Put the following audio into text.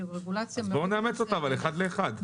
אז בואו נאמץ אותה, אבל אחד לאחד.